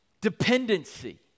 dependency